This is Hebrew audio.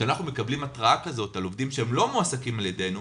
כשאנחנו מקבלים התרעה כזאת על עובדים שהם לא מועסקים על ידינו,